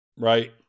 Right